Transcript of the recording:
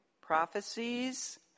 prophecies